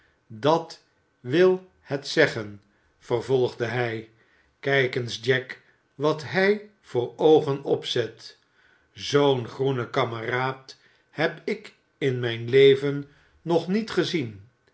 dat wil het zeggen vervolgde hij kijk eens jack wat hij voor oogen opzet zoo'n groenen kameraad heb ik in mijn leven nog niet gezien